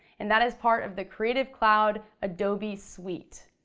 and that is part of the creative cloud adobe suite.